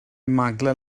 maglau